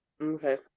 Okay